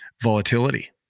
volatility